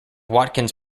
watkins